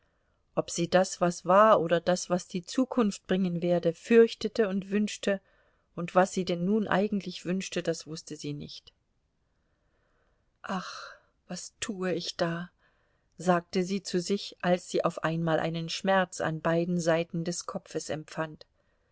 ob sie das was war oder das was die zukunft bringen werde fürchtete und wünschte und was sie denn nun eigentlich wünschte das wußte sie nicht ach was tue ich da sagte sie zu sich als sie auf einmal einen schmerz an beiden seiten des kopfes empfand